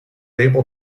able